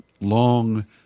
long